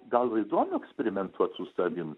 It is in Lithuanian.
gal va įdomu eksperimentuot su savim